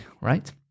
right